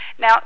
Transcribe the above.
Now